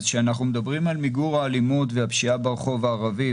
כשאנחנו מדברים על מיגור האלימות והפשיעה ברחוב הערבי,